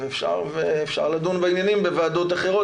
אפשר לדון בעניינים בוועדות אחרות,